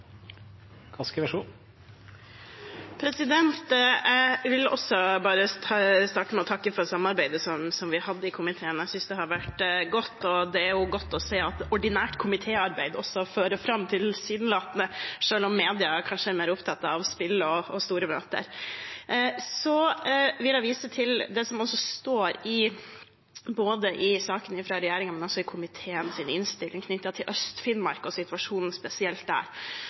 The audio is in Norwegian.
vil bare starte med å takke for samarbeidet vi hadde i komiteen. Jeg synes det har vært godt, og det er godt å se at ordinært komitéarbeid tilsynelatende også fører fram, selv om media kanskje er mer opptatt av spill og store møter. Så vil jeg vise til det som står både i saken fra regjeringen og i komiteens innstilling knyttet til Øst-Finnmark og spesielt situasjonen der.